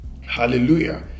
Hallelujah